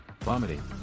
vomiting